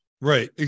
Right